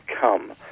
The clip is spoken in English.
come